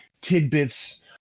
tidbits